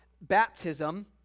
baptism